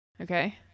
Okay